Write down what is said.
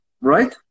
right